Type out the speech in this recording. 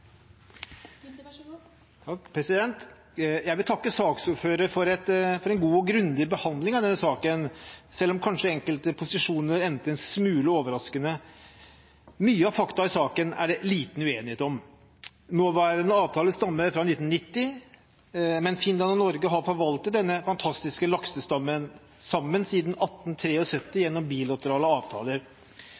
Jeg vil takke saksordføreren for en god og grundig behandling av denne saken, selv om kanskje enkelte posisjoner endte en smule overraskende. Mye av fakta i saken er det liten uenighet om. Nåværende avtale stammer fra 1990, men Finland og Norge har forvaltet denne fantastiske laksestammen sammen siden 1873, gjennom bilaterale avtaler.